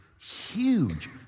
huge